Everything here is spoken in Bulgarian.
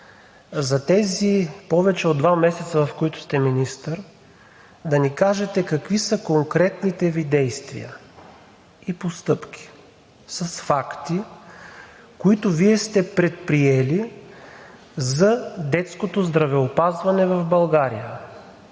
за тези повече от два месеца, в които сте министър, да ни кажете какви са конкретните Ви действия и постъпки с факти, които Вие сте предприели за детското здравеопазване в България,